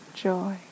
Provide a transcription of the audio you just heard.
joy